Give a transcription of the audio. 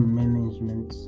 management